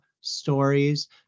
stories